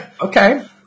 Okay